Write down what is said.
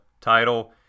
title